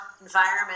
environment